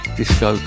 disco